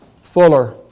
Fuller